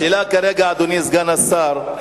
השאלה כרגע, אדוני סגן השר,